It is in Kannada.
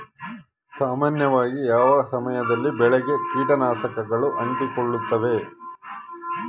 ಸಾಮಾನ್ಯವಾಗಿ ಯಾವ ಸಮಯದಲ್ಲಿ ಬೆಳೆಗೆ ಕೇಟನಾಶಕಗಳು ಅಂಟಿಕೊಳ್ಳುತ್ತವೆ?